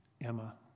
Emma